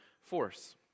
force